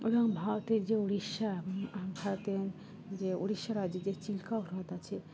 এবং ভারতের যে উড়িষ্যা ভারতের যে উড়িষ্যা রাজ্যে যে চিল্কা ও হ্রদ আছে